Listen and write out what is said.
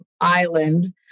island